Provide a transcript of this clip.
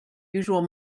usual